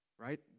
right